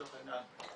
לצורך העניין,